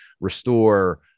restore